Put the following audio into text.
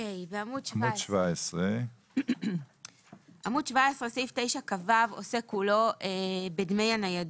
בעמוד 17 סעיף 9כו עוסק כולו בדמי הניידות.